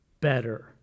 better